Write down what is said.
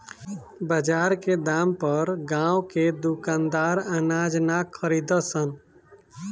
बजार के दाम पर गांव के दुकानदार अनाज ना खरीद सन